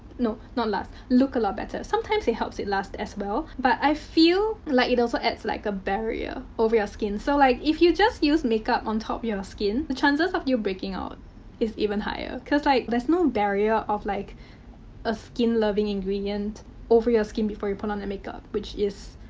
no, not last. look a lot better. sometimes it helps it last as well. but i feel like it also adds like a barrier over your skin. so, like, if you just use makeup on top of your skin, the chances of you breaking out is even higher. cause, like, there's no barrier of like a skin-loving ingredient over your skin before you put on the makeup. which is,